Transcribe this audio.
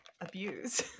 abuse